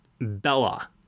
Bella